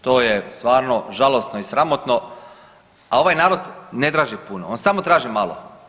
To je stvarno žalosno i sramotno, a ovaj narod ne traži puno, on samo traži malo.